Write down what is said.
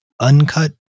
uncut